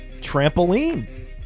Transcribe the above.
trampoline